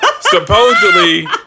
Supposedly